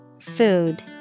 Food